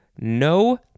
no